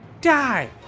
die